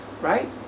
Right